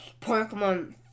Pokemon